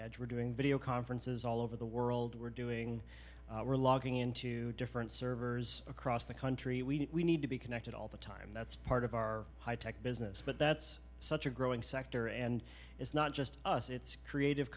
edge we're doing video conferences all over the world we're doing we're logging into different servers across the country we need to be connected all the time that's part of our high tech business but that's such a growing sector and it's not just us it's creative